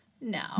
No